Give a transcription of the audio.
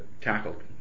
tackled